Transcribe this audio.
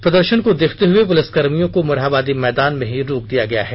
प्रदर्शन को देखते हए प्रलिसकर्मियों को मोराहबादी मैदान में ही रोक दिया गया है